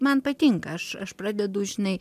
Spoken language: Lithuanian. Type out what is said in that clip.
man patinka aš aš pradedu žinai